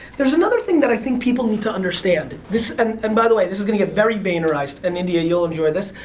there's another thing that i think people need to understand. um and by the way, this is gonna get very vaynerized, and india, you'll enjoy this.